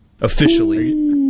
officially